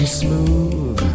smooth